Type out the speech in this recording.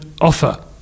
offer